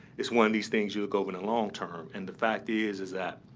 it's one of these things you look over in and long term. and the fact is is that,